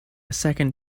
second